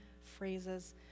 phrases